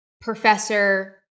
professor